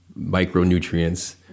micronutrients